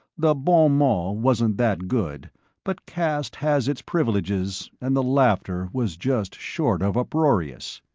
the bon mot wasn't that good but caste has its privileges and the laughter was just short of uproarious.